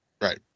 Right